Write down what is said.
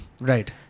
Right